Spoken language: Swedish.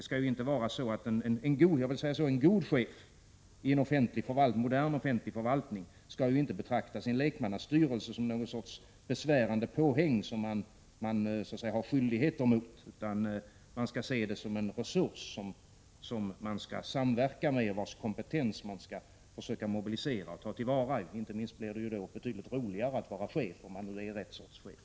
En god chef i en modern offentlig förvaltning skall ju inte betrakta lekmannastyrelsen som något sorts besvärande påhäng som han har skyldigheter emot. Han skall se den som en resurs som han skall samverka med, vars kompetens han skall försöka mobilisera och ta till vara. Det blir då inte minst betydligt roligare att vara chef, om man är rätt sorts chef.